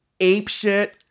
apeshit